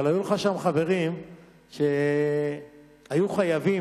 אבל היו לך שם חברים שהיו חייבים,